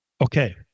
Okay